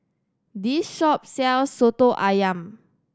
this shop sells Soto Ayam